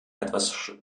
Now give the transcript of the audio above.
etwas